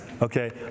okay